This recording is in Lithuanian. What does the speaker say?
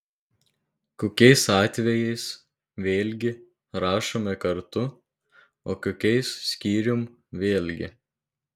kokiais atvejais vėlgi rašome kartu o kokiais skyrium vėl gi